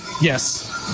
Yes